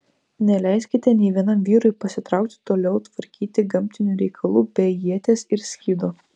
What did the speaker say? neleiskite nė vienam vyrui pasitraukti toliau tvarkyti gamtinių reikalų be ieties ir skydo